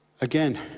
Again